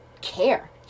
care